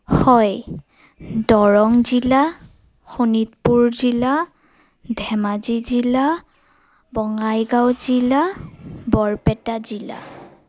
হয় দৰং জিলা শোণিতপুৰ জিলা ধেমাজি জিলা বঙাইগাঁও জিলা বৰপেটা জিলা